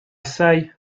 say